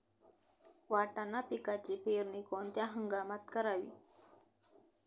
वाटाणा पिकाची पेरणी कोणत्या हंगामात करावी?